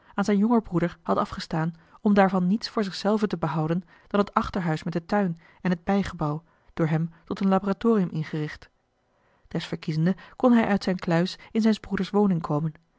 aan zijn jonger broeder had afgestaan om daarvan niets voor zich zelven te behouden dan het achterhuis met den tuin en het bijgebouw door hem tot een laboratorium ingericht desverkiezende kon hij uit zijne kluis in zijns broeders woning komen